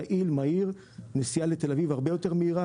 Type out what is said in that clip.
יעיל ומהיר; הנסיעה לתל אביב תהיה הרבה יותר מהירה